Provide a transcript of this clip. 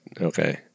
Okay